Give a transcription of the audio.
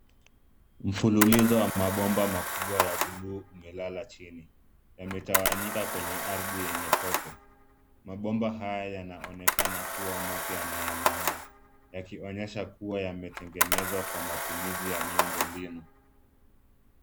Mfululizo wa mabomba makubwa ya buluu umelala chini, yametawanyika kwenye ardhi yenye tope. Mabomba haya yanaonekana kuwa mapya na yanang'aa, yakionyesha kuwa yametengenezwa kwa matumizi ya miundo mbinu.